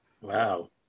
Wow